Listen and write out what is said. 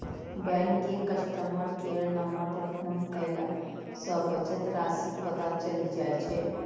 bank के customer care number पर phone कयला सं बचत राशिक पता चलि जाइ छै